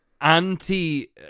anti